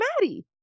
Maddie